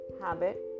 habit